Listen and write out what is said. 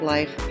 Life